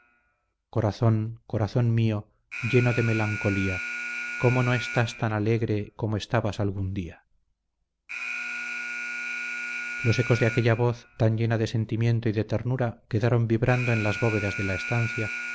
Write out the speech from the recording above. ruiseñor cantó sobre un aire del país el estribillo de una canción popular que decía los ecos de aquella voz tan llena de sentimiento y de ternura quedaron vibrando en las bóvedas de la estancia